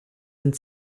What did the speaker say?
and